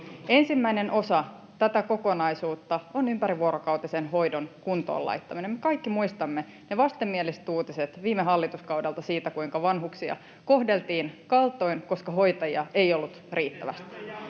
Ensimmäinen osa tätä kokonaisuutta on ympärivuorokautisen hoidon kuntoon laittaminen. Me kaikki muistamme ne vastenmieliset uutiset viime hallituskaudelta siitä, kuinka vanhuksia kohdeltiin kaltoin, koska hoitajia ei ollut riittävästi.